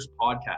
podcast